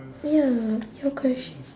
ya your question